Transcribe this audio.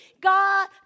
God